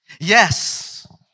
Yes